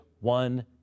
one